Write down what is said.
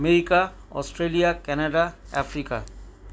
America Australia Canada Africa